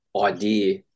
idea